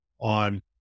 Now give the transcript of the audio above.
on